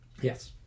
Yes